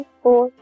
four